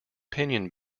pinion